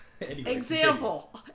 example